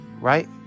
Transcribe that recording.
right